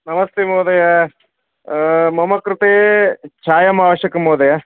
नमस्ते महोदय मम कृते चायम् आवश्यकं महोदय